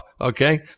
okay